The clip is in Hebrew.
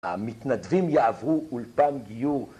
המתנדבים יעברו אולפן גיור